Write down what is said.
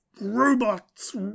robots